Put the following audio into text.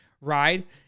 right